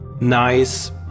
nice